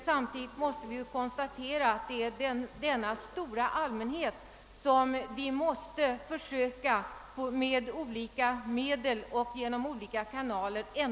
Samtidigt måste vi konstatera att det är den stora allmänheten som vi måste försöka nå med olika medel och genom olika kanaler.